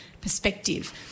perspective